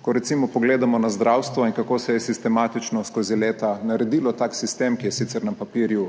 Ko recimo pogledamo na zdravstvo in kako se je sistematično skozi leta naredilo tak sistem, ki je sicer na papirju